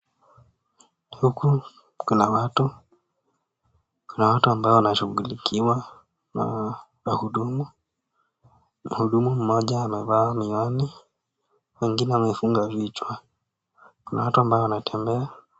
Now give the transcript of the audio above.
Huku Kuna watu ambao wanashughulikiwa na wahudumu . Mhudu mmoja amevaa miwani , wengine wamefunga vichwa, na hata wanaotembea .